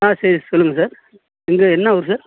ஆ சரி சொல்லுங்க சார் நீங்கள் என்ன ஊர் சார்